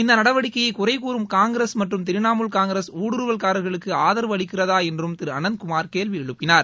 இந்த நடவடிக்கையை குறை கூறும் காங்கிரஸ் மற்றும் திரிணாமுல் காங்கிரஸ் ஊடுருவல்காரர்களுக்கு ஆதரவு அளிக்கிறதா என்றும் திரு அனந்த் குமார் கேள்வி எழுப்பினார்